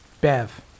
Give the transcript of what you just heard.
Bev